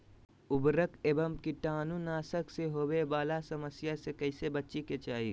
उर्वरक एवं कीटाणु नाशक से होवे वाला समस्या से कैसै बची के चाहि?